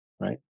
right